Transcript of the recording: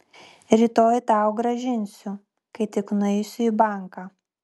rytoj tau grąžinsiu kai tik nueisiu į banką